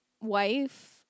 wife